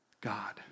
God